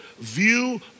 view